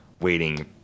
waiting